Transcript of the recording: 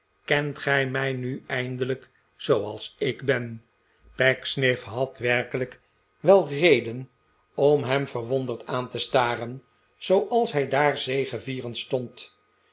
kent gij mij nu eindelijk zooals ik ben pecksniff had werkelijk wel reden om hem verwonderd aan te staren zooals hij daar zegevierend stond